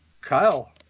Kyle